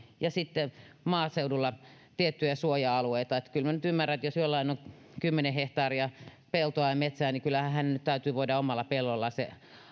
ja sitten maaseudulla tiettyjä suoja alueita kyllä minä nyt ymmärrän että jos jollain on kymmenen hehtaaria peltoa ja metsää niin kyllähän hänen nyt täytyy voida omalla pellollaan se